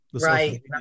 right